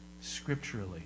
scripturally